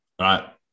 right